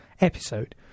episode